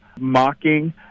mocking